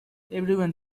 everyone